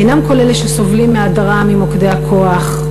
אינם כל אלה שסובלים מהדרה ממוקדי הכוח,